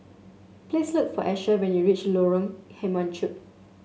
please look for Asher when you reach Lorong Kemunchup